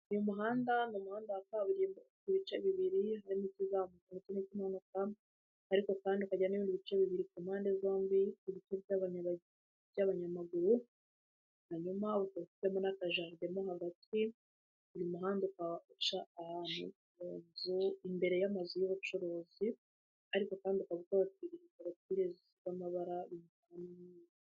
Uyu muhanda, ni umuhanda wa kaburimbo ku bice bibiri, harimo ikizamuka umuto bw'moka ariko kandi ukajya mu bice bibiri ku mpande zombi ibice by'abanyamaguru, hanyuma ukaba ufitemo n'akajaride gacamo hagati, uyu muhanda ukaba uca ahantu imbere y'amazu y'ubucuruzi ariko kandi ukaba ufite uturongo twinshi dufite amabara y'umweru.